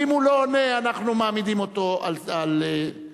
ואם הוא לא עונה, אנחנו מעמידים אותו על מקומו.